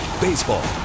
Baseball